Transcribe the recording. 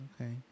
Okay